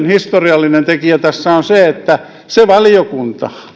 historiallinen tekijä tässä on se että se valiokunta